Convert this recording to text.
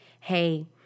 Hey